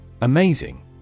Amazing